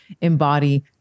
embody